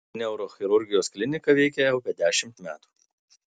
neurochirurgijos klinika veikia jau apie dešimt metų